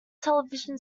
television